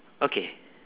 okay